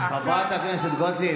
במוסדות המדינה,